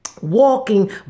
Walking